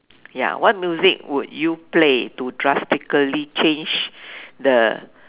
ya what music would you play to drastically change the